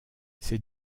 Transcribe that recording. ces